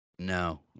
No